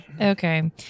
okay